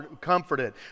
comforted